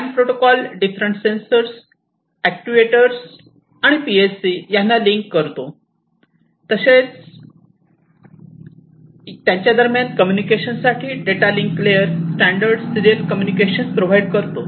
CAN protocol different sensor actuators आणि PLC यांना link करतो तसेच दरम्यान कम्युनिकेशन करण्यासाठी data link layer standard serial communication provide करतो